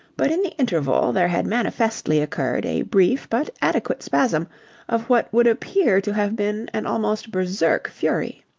but in the interval there had manifestly occurred a brief but adequate spasm of what would appear to have been an almost berserk fury.